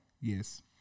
Yes